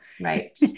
right